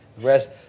rest